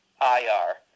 I-R